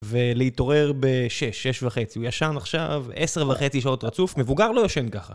ולהתעורר בשש, שש וחצי, הוא ישן עכשיו עשר וחצי שעות רצוף, מבוגר לא יושן ככה.